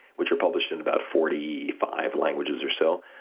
which were published in about forty five languages or so.